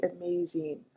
amazing